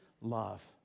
love